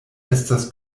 estas